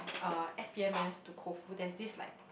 uh S_P_M_S the Koufu there's this like